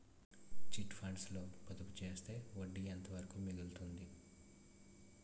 Chit funds లో పొదుపు చేస్తే వడ్డీ ఎంత వరకు మిగులుతుంది?